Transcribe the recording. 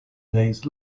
days